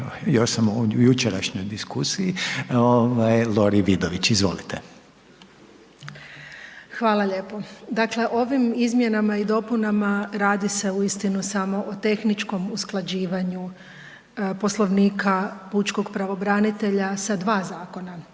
Lori Vidović. Izvolite. **Vidović, Lora** Hvala lijepo. Dakle, ovim izmjenama i dopunama radi se uistinu samo o tehničkom usklađivanju Poslovnika pučkog pravobranitelja sa dva zakona,